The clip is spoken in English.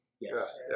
Yes